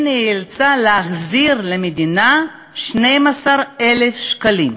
היא נאלצה להחזיר למדינה 12,000 שקלים.